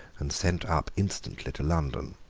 and sent up instantly to london.